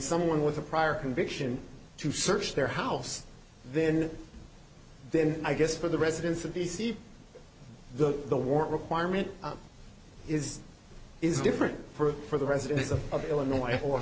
someone with a prior conviction to search their house then then i guess for the residents of b c the the war requirement is is different for the residents of illinois or